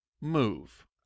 move